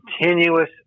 continuous